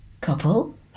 Couple